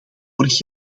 vorig